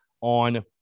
on